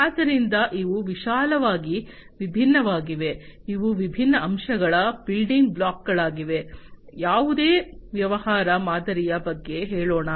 ಆದ್ದರಿಂದ ಇವು ವಿಶಾಲವಾಗಿ ವಿಭಿನ್ನವಾಗಿವೆ ಇವು ವಿಭಿನ್ನ ಅಂಶಗಳ ಬಿಲ್ಡಿಂಗ್ ಬ್ಲಾಕ್ಳಾಗಿವೆ ಯಾವುದೇ ವ್ಯವಹಾರ ಮಾದರಿಯ ಬಗ್ಗೆ ಹೇಳೋಣ